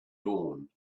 dawn